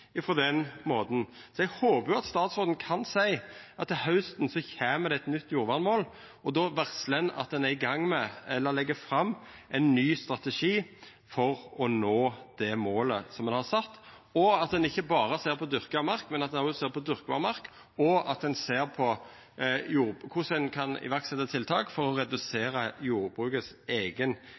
den metoden. Eg håper at statsråden kan seia at til hausten kjem det eit nytt jordvernmål, at ein då varslar ein at ein er i gang med eller legg fram ein ny strategi for å nå det målet som ein har sett, og at ein ikkje berre ser på dyrka mark, men òg ser på dyrkbar mark og på korleis ein kan setja i verk tiltak for å redusera